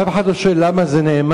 אבל למה אף אחד לא שואל למה זה נאמר?